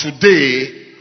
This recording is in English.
today